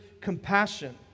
compassion